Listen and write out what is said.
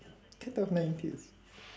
cat of nine tails